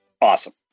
Awesome